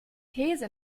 these